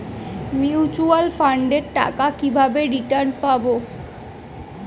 Mutual ফান্ডের টাকা কিভাবে রিটার্ন পাব?